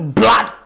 blood